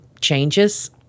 changes